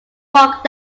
walk